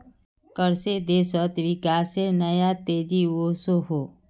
कर से देशोत विकासेर नया तेज़ी वोसोहो